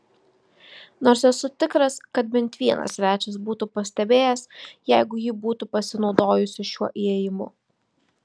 nors esu tikras kad bent vienas svečias būtų pastebėjęs jeigu ji būtų pasinaudojusi šiuo įėjimu